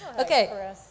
Okay